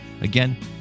Again